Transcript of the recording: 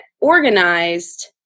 organized